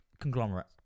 conglomerate